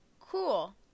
cool